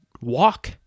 walk